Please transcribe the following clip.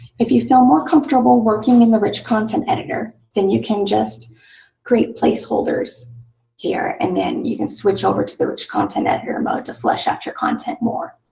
if you feel more comfortable working in the rich content editor, then you can just create place holders here and then you can switch over to the rich content editor mode to flesh out your content more.